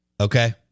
Okay